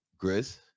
Grizz